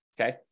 okay